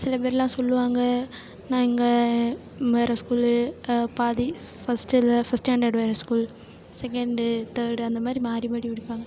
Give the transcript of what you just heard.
சில பேர்லாம் சொல்லுவாங்க நான் இங்கே வேறே ஸ்கூலு பாதி ஃபர்ஸ்ட்டில் ஃபிஃப்த் ஸ்டாண்டர்ட் வேறே ஸ்கூல் செகெண்டு தேர்டு அந்த மாதிரி மாறி மாறி படிப்பாங்க